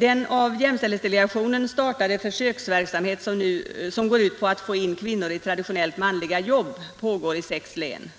Den av jämställdhetsdelegationen startade försöksverksamhet som går ut på att få in kvinnor i traditionellt manliga arbeten pågår i sex län.